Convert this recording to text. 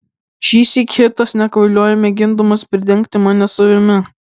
šįsyk hitas nekvailiojo mėgindamas pridengti mane savimi